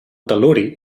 tel·luri